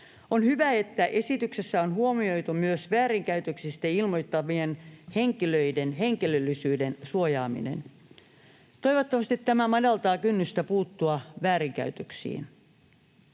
On hyvä, että esityksessä on huomioitu myös väärinkäytöksistä ilmoittavien henkilöiden henkilöllisyyden suojaaminen. Toivottavasti tämä madaltaa kynnystä puuttua väärinkäytöksiin.